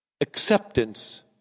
acceptance